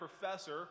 professor